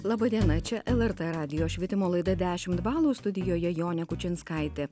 laba diena čia lrt radijo švietimo laida dešimt balų studijoje jonė kučinskaitė